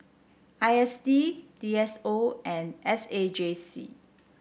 I S D D S O and S A J C